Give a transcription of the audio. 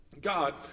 God